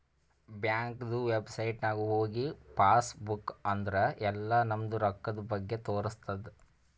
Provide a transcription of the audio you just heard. ಬ್ಯಾಂಕ್ದು ವೆಬ್ಸೈಟ್ ನಾಗ್ ಹೋಗಿ ಪಾಸ್ ಬುಕ್ ಅಂದುರ್ ಎಲ್ಲಾ ನಮ್ದು ರೊಕ್ಕಾದ್ ಬಗ್ಗೆ ತೋರಸ್ತುದ್